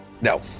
No